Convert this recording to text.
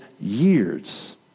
years